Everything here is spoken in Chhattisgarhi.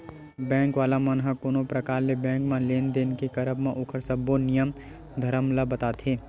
बेंक वाला मन ह कोनो परकार ले बेंक म लेन देन के करब म ओखर सब्बो नियम धरम ल बताथे